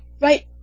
Right